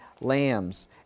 lambs